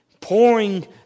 pouring